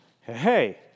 hey